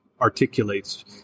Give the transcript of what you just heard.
articulates